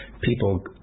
people